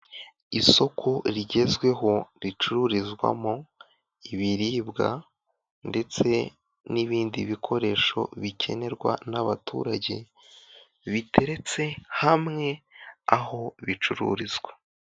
Isoko rigezweho ricururizwamo ibiribwa ndetse n'ibindi bikoresho bikenerwa n'abaturage, biteretse hamwe aho bicururizwa.